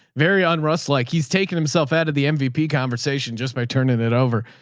very on russ. like he's taken himself out of the mvp conversation just by turning it over.